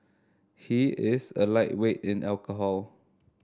he is a lightweight in alcohol